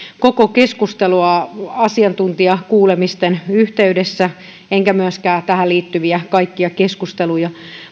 koko keskustelua asiantuntijakuulemisten yhteydessä enkä myöskään tähän liittyviä kaikkia keskusteluja